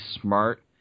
smart